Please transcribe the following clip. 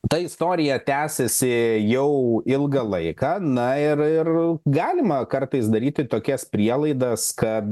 ta istorija tęsiasi jau ilgą laiką na ir ir galima kartais daryti tokias prielaidas kad